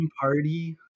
party